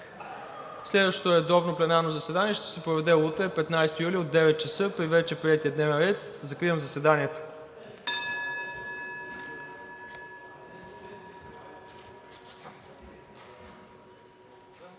следващото редовно пленарно заседание ще се проведе утре, 15 юли 2022 г., от 9,00 ч. при вече приетия дневен ред. Закривам заседанието.